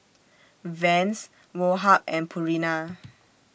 Vans Woh Hup and Purina